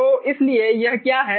तो इसलिए यह क्या है